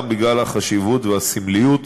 גם בגלל החשיבות והסמליות,